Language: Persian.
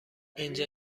اینجا